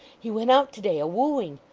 he went out to-day a wooing.